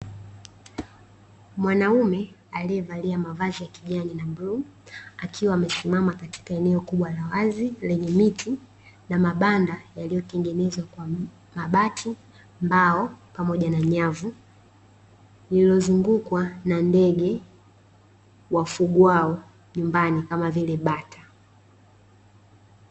Mwanaume aliyevalia mavazi ya kijani na bluu, akiwa amesimama katika eneo kubwa la wazi lenye miti na mabanda yaliyotengenezwa kwa mabati mbao pamoja na nyavu lililozungukwa na ndege wafungwao nyumbani kama vile bata.